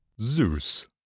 Zeus